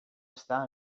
estar